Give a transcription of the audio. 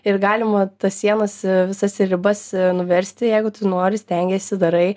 ir galima tas sienas į visas ribas nuversti jeigu tu nori stengiesi darai